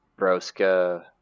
Broska